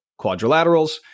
quadrilaterals